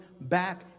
back